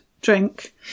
drink